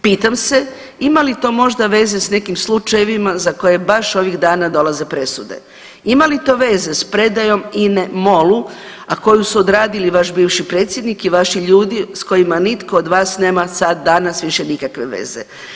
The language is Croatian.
Pitam se ima li to veze s nekim slučajevima za koje baš ovih dana dolaze presude? ima li to veze s predajom INA-e MOL-u, a koju su odradili vaš bivši predsjednik i vaši ljudi s kojima nitko od vas nema sad, danas, više nikakve veze.